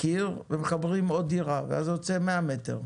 קיר ומחברים עוד דירה ואז זה יוצא מאה מטר,